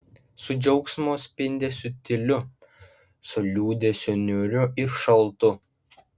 su džiaugsmo spindesiu tyliu su liūdesiu niūriu ir šaltu